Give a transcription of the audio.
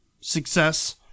Success